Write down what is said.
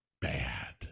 bad